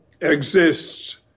exists